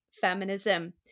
feminism